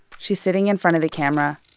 she's sitting in front of the camera.